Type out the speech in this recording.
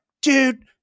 dude